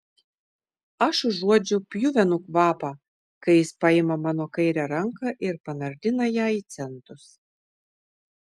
aš užuodžiu pjuvenų kvapą kai jis paima mano kairę ranką ir panardina ją į centus